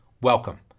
welcome